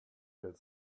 get